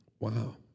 Wow